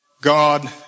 God